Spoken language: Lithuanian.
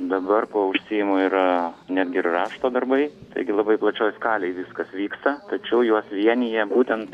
dabar kuo užsiimu yra netgi ir rašto darbai taigi labai plačioj skalėj viskas vyksta tačiau juos vienija būtent